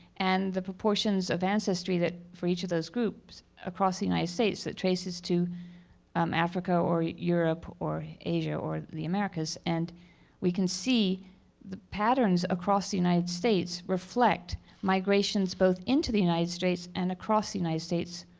and the proportions of ancestry that, for each of those groups across the united states, that traces to um africa or europe or asia or the americas. and we can see the patterns across the united states reflect migrations both into the united states, and across the united states,